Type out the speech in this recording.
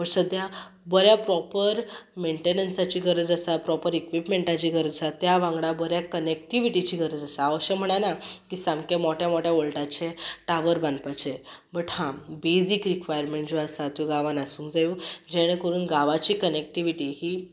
पूण सद्या बऱ्या प्रोपर मेंटेनन्साची गरज आसा प्रोपर इक्वीपमेंटाची गरज आसा त्या वांगडा बऱ्या कनेक्टिवीटीच गरज आसा हांव अशें म्हणना की सामके मोठ्या मोठ्या वॉल्टाचे टावर बांदपाचे बट हां बेजीक रिक्वायरमेंट ज्यो आसा त्यो गांवान आसूंक जायो जेणे करून गांवाची कनेक्टिवीटी ही